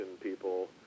people